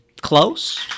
close